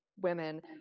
women